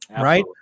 Right